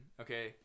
okay